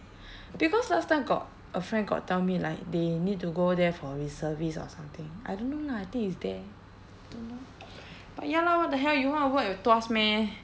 because last time got a friend got tell me like they need to go there for reservist or something I don't know lah I think it's there but ya lor what the hell you want to work at tuas meh